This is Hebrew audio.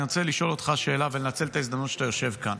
אני רוצה לשאול אותך שאלה ולנצל את ההזדמנות שאתה יושב כאן.